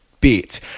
bit